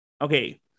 Okay